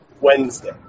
Wednesday